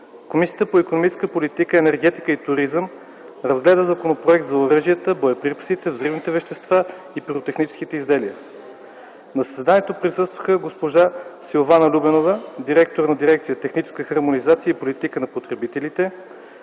Комисията по икономическата политика, енергетика и туризъм разгледа Законопроекта за оръжията, боеприпасите, взривните вещества и пиротехническите изделия. На заседанието присъстваха госпожа Силвана Любенова – директор на Дирекция „Техническа хармонизация и политика на потребителите”,